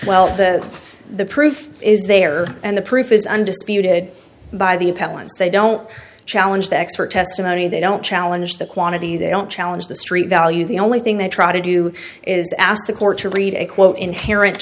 well the the proof is there and the proof is undisputed by the appellants they don't challenge the expert testimony they don't challenge the quantity they don't challenge the street value the only thing they try to do is ask the court to read a quote inherent